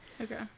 Okay